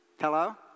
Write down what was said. hello